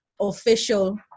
official